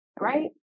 right